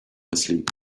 asleep